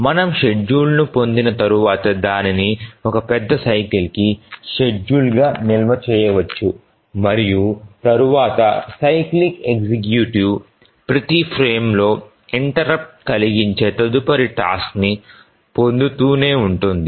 మనము షెడ్యూల్ ను పొందిన తర్వాత దానిని ఒక పెద్ద సైకిల్ కి షెడ్యూల్గా నిల్వ చేయవచ్చు మరియు తరువాత సైక్లిక్ ఎగ్జిక్యూటివ్ ప్రతి ఫ్రేమ్లో ఇంటెర్రుప్ట్ కలిగించే తదుపరి టాస్క్ ని పొందుతూనే ఉంటుంది